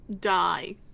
die